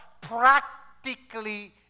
practically